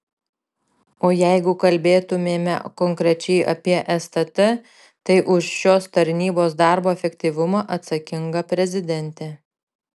o jeigu kalbėtumėme konkrečiai apie stt tai už šios tarnybos darbo efektyvumą atsakinga prezidentė